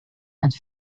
and